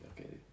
okay